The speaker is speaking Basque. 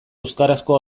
euskarazko